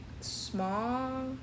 small